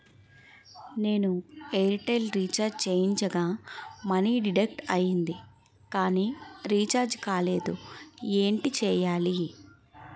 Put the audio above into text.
నేను Airtel recharge చేయించగా money deduct అయ్యింది కానీ రీఛార్జ్ కాలేదు ఏంటి చేయాలి?